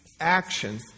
action